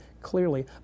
clearly